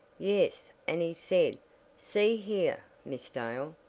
yes, and he said see here, miss dale,